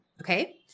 Okay